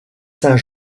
saint